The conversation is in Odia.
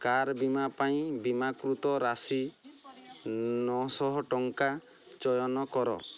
କାର୍ ବୀମା ପାଇଁ ବୀମାକୃତ ରାଶି ନଅଶହ ଟଙ୍କା ଚୟନ କର